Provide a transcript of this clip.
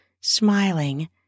smiling